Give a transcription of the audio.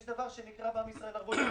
יש דבר שנקרא בעם ישראל ערבות הדדית,